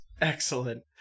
Excellent